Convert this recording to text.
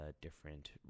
different